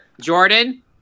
Jordan